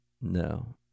No